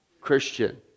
Christian